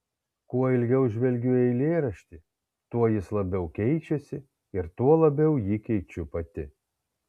kuo ilgiau žvelgiu į eilėraštį tuo jis labiau keičiasi ir tuo labiau jį keičiu pati